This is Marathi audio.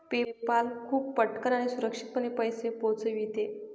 पेपाल खूप पटकन आणि सुरक्षितपणे पैसे पोहोचविते